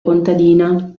contadina